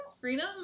freedom